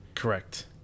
Correct